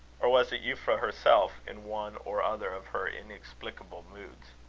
or was it euphra herself, in one or other of her inexplicable moods?